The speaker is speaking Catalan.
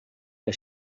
que